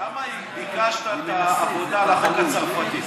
למה ביקשת את העבודה על החוק הצרפתי?